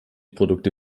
produkte